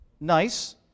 nice